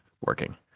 working